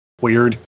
weird